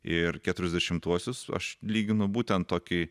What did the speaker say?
ir keturiasdešimtuopsius aš lyginu būtent tokiai